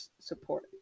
support